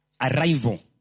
arrival